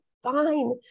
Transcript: Fine